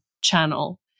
channel